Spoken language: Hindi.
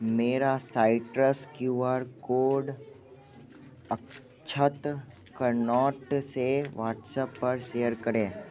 मेरा citrus Q R code Akshat Connaught से वॉट्सअप पर सेयर करें